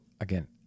again